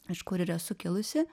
iš kur ir esu kilusi